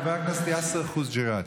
חבר הכנסת יאסר חוג'יראת,